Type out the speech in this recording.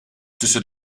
tussen